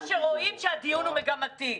כמה שרואים שהדיון הוא מגמתי.